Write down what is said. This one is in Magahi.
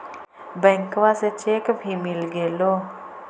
बैंकवा से चेक भी मिलगेलो?